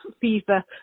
fever